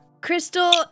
Crystal